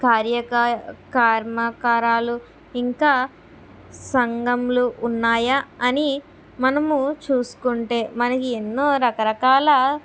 కార్యక కర్మకారాలు ఇంకా సంఘంలు ఉన్నాయా అని మనము చూసుకుంటే మనకి ఎన్నో రకరకాల